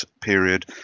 period